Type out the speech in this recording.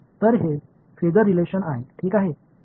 तर ते फेसर रिलेशन आहेत ठीक आहे